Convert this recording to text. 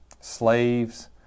slaves